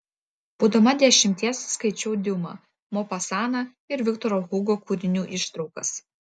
būdama dešimties skaičiau diuma mopasaną ir viktoro hugo kūrinių ištraukas